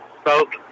spoke